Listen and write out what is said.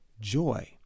joy